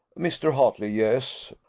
mr. hartley! yes.